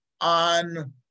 on